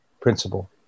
principle